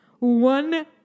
One